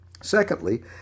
Secondly